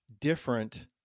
different